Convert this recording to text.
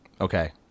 Okay